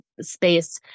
space